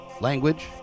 language